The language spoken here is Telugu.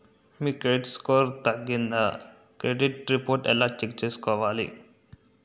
మీ క్రెడిట్ స్కోర్ తగ్గిందా క్రెడిట్ రిపోర్ట్ ఎలా చెక్ చేసుకోవాలి?